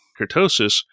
Kurtosis